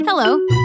Hello